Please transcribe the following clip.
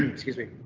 excuse me.